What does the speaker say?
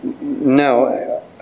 No